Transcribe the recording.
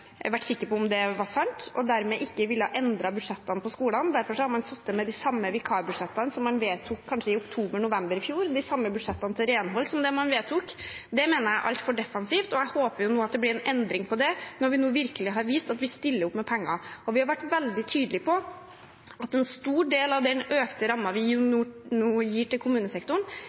vært sikre på om det var sant, og dermed ikke har villet endre budsjettene på skolene. Derfor har man sittet med de samme vikarbudsjettene som man vedtok kanskje i oktober/november i fjor, og de samme budsjettene til renhold som man vedtok. Det mener jeg er altfor defensivt, og jeg håper nå at det blir en endring på det, når vi nå virkelig har vist at vi stiller opp med penger. Vi har vært veldig tydelige på at en stor del av den økte rammen vi nå gir til kommunesektoren,